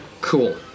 Cool